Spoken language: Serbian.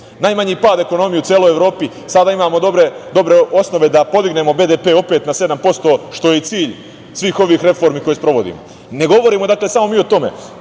najmanji pad ekonomije u celoj Evropi. Sada imamo dobre osnove da podignemo BDP na 7%, što je i cilj svih ovih reformi koje sprovodimo. Ne govorimo, dakle, samo mi o tome,